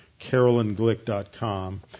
carolynglick.com